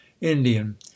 Indian